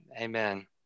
Amen